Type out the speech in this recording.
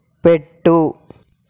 పెట్టు